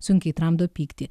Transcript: sunkiai tramdo pyktį